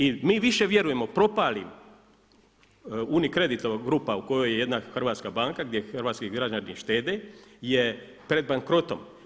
I mi više vjerujemo propalim Unicredit grupa u kojoj je jedna hrvatska banka, gdje hrvatski građani štede, je pred bankrotom.